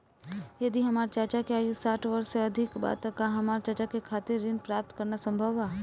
यदि हमार चाचा के आयु साठ वर्ष से अधिक बा त का हमार चाचा के खातिर ऋण प्राप्त करना संभव बा?